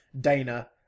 Dana